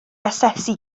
asesu